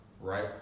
Right